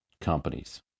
companies